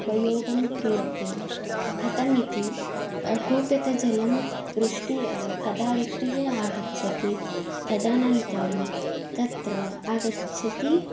उपयोगं क्रियते कथमिति कूपतः जलं वृष्टिः कदा कदा वृष्टिः आगच्छति तदनन्तरं तत्र आगच्छति